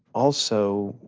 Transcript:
also,